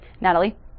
Natalie